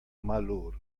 malur